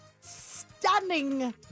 stunning